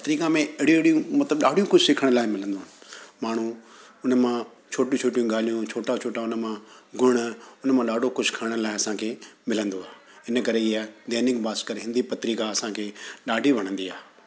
पत्रिका में अहिड़ियूं अहिड़ियूं मतिलबु ॾाढियूं कुझु सिखण लाइ मिलंदो आहे माण्हू उन मां छोटी छोटियूं ॻाल्हियूं छोटा छोटा उन मां गुण उन मां ॾाढो कुझु खणण लाइ असांखे मिलंदो आहे इन करे हीअ दैनिक भास्कर हिंदी पत्रिका असांखे ॾाढी वणंदी आहे